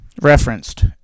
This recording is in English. referenced